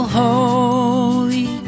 holy